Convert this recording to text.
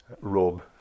rob